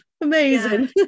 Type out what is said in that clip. amazing